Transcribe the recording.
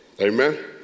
Amen